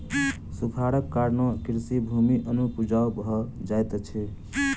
सूखाड़क कारणेँ कृषि भूमि अनुपजाऊ भ जाइत अछि